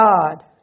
God